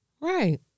Right